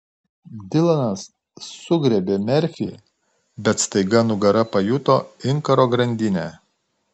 dilanas sugriebė merfį bet staiga nugara pajuto inkaro grandinę